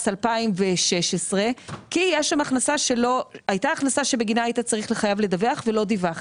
2016 כי הייתה הכנסה שבגינה היית חייב לדווח ולא דיווחת.